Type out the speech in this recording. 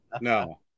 no